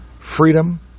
Freedom